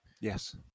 Yes